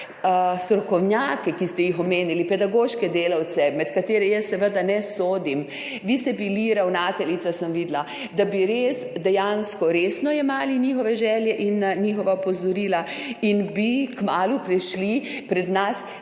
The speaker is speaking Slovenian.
strokovnjake, ki ste jih omenili, pedagoške delavce, med katere jaz seveda ne sodim, vi ste bili ravnateljica, sem videla, da bi res dejansko resno jemali njihove želje in njihova opozorila in bi kmalu prišli pred nas